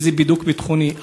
איזה בידוק ביטחוני?